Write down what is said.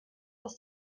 aus